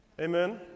Amen